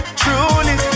truly